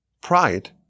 pride